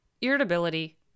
irritability